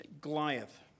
Goliath